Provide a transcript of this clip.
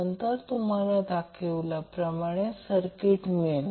नंतर तुम्हाला दाखविल्याप्रमाणे सर्किट मिळेल